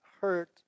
hurt